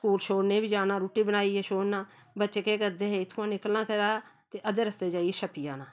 school छोड़ने गी बी जाना रुट्टी बनाइयै छोड़ना बच्चे केह् करदे हे इत्थुआं निकलना घरा ते अद्धे रस्ते जाइयै छप्पी जाना